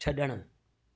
छॾणु